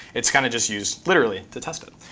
it's kind of just used, literally, to test it.